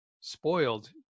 spoiled